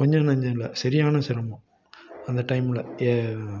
கொஞ்சம் நஞ்சம் இல்லை சரியான சிரமம் அந்த டைமில்